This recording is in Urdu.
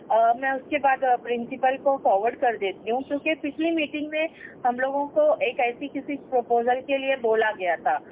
اور میں اُس کے بعد پرنسپل کو فاورڈ کر دیتی ہوں کیونکہ پچھلی میٹنگ میں ہم لوگوں کو ایک ایسی کسی پرپوزل کے لیے بولا گیا تھا